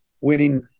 Winning